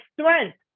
strength